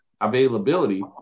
availability